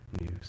news